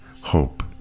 hope